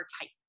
tight